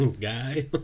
guy